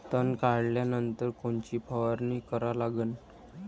तन काढल्यानंतर कोनची फवारणी करा लागन?